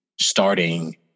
starting